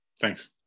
Thanks